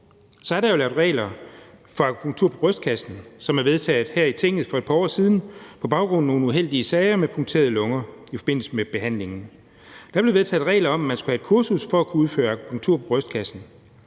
er der jo lavet regler for akupunktur på brystkassen, som er vedtaget her i Tinget for et par år siden på baggrund af nogle uheldige sager med punkterede lunger i forbindelse med behandlingen. Der blev vedtaget regler om, at man skulle have et kursus for at kunne udføre akupunktur på brystkassen.